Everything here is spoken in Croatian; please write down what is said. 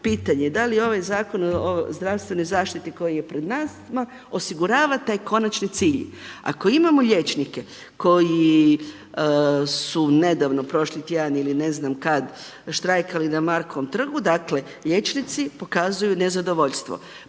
pitanje, da li ovaj zakon o zdravstvenoj zaštiti koji je pred nama osigurava taj konačni cilj. Ako imamo liječnike koji su nedavno, prošli tjedan ili ne znam kad, štrajkali na Markovom trgu, dakle liječnici pokazuju nezadovoljstvo.